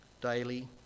daily